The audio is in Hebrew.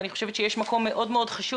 אני חושבת שיש מקום מאוד חשוב